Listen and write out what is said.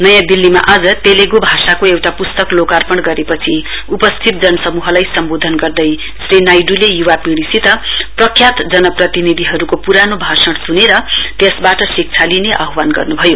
नयाँ दिल्लीमा आज तेलेगु भाषाको एउटा पुस्तक लोकार्पण गरेपछि उपस्थित जनसमूहलाई सम्बोधन गर्दै क्षी नाइड्ले युवा पिडीसित प्रख्यात जनप्रतिनिधिहरूको पुरानो भाषण सुनेर त्यसबाट शिक्षा लिने आह्वान गर्नु भयो